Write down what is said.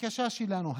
הבקשה שלנו.